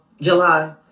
july